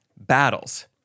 Battles